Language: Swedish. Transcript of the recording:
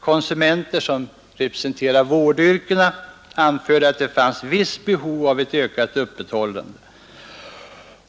Konsumenter, som representerar vårdyrkena, anförde att det fanns visst behov av ett ökat öppethållande.